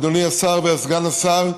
אדוני השר וסגן השר,